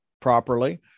properly